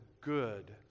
good